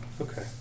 Okay